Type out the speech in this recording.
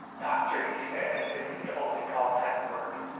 doctor! he said, as if he had only caught that word.